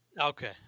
Okay